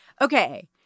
Okay